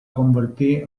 convertir